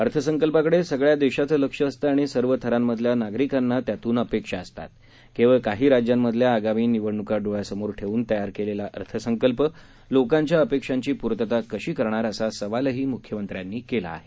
अर्थसंकल्पाकडे सगळ्या देशाचं लक्ष असतं आणि सर्व थरांमधल्या नागरिकांना त्यातून अपेक्षा असतात केवळ काही राज्यांमधल्या आगामी निवडणुका डोळ्यामोर ठेऊन तयार केलेला अर्थसंकल्प लोकांच्या अपेक्षांची पूर्तता कशी करणार असा सवाल मुख्यमंत्र्यांनी केला आहे